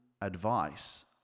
advice